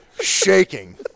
Shaking